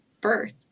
birth